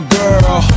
girl